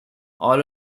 all